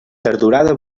tardorada